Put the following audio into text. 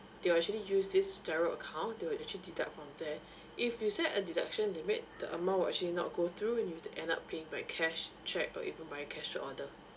they will actually use this GIRO account to actually deduct from there if you set a deduction limit the amount will actually not go through and you'll end up paying by cash cheque or even by cashier's order